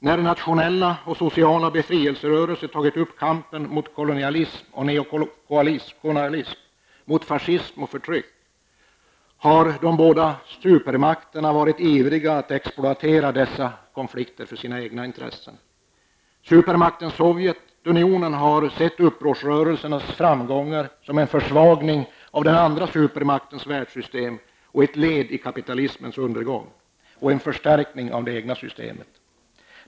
När nationella och sociala befrielserörelser tagit upp kampen mot kolonialism och neokolonialism, mot fascism och förtryck, har de båda supermakterna ofta varit ivriga att exploatera dessa konflikter för sina egna intressen. Supermakten Sovjetunionen har ofta sett upprorsrörelsernas framgångar som en försvagning av den andra supermaktens världssystem, som ett led i kapitalismens undergång och som en förstärkning av det egna systemet.